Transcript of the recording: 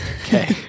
Okay